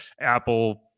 Apple